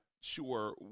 sure